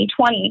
2020